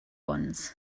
ones